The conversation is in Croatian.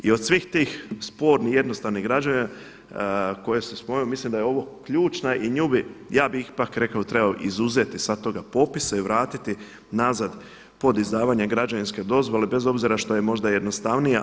I od svih tih spornih jednostavnih građevina koje se spominju mislim da je ovo ključna i nju bi, ja bih ipak rekao da treba izuzeti sa toga popisa i vratiti nazad pod izdavanje građevinske dozvole bez što je možda jednostavnija.